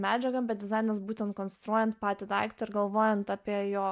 medžiagą bet dizainas būtent konstruojant patį daiktą galvojant apie jo